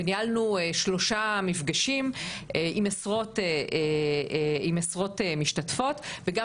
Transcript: ניהלנו שלושה מפגשים עם עשרות משתתפות וגם